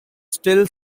still